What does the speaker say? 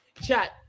Chat